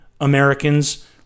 Americans